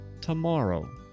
tomorrow